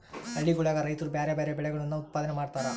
ಹಳ್ಳಿಗುಳಗ ರೈತ್ರು ಬ್ಯಾರೆ ಬ್ಯಾರೆ ಬೆಳೆಗಳನ್ನು ಉತ್ಪಾದನೆ ಮಾಡತಾರ